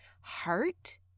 heart